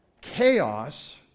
chaos